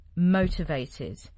Motivated